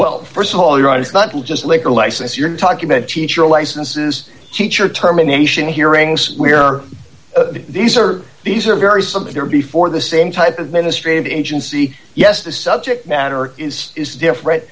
well st of all you're right it's not just liquor license you're talking about teacher licenses teacher terminations hearings we are these are these are very severe before the same type of ministry of agency yes the subject matter is is different